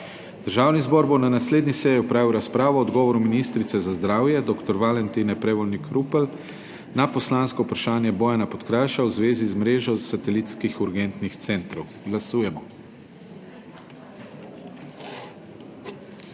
Državni zbor bo na naslednji seji opravil razpravo o odgovoru ministrice za zdravje dr. Valentine Prevolnik Rupel na poslansko vprašanje Alenke Helbl v zvezi z mrežo satelitskih urgentnih centrov. Glasujemo.